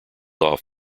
off